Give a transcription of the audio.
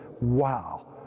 Wow